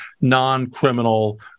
non-criminal